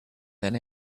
then